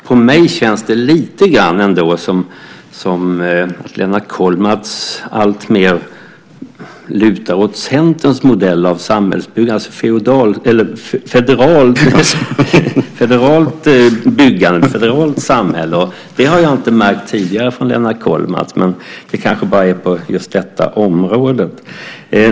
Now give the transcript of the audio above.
På mig känns det lite grann som om Lennart Kollmats alltmer lutar åt Centerns modell av samhällsbyggnad, alltså ett federalt samhälle. Det har jag inte märkt tidigare från Lennart Kollmats sida. Men det kanske bara är på just detta område.